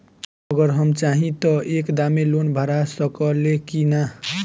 अगर हम चाहि त एक दा मे लोन भरा सकले की ना?